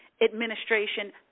administration